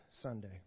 Sunday